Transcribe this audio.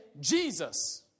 Jesus